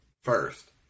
first